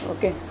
Okay